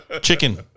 Chicken